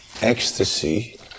ecstasy